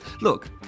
Look